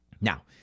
Now